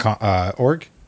org